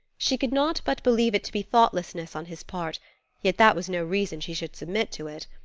she could not but believe it to be thoughtlessness on his part yet that was no reason she should submit to it.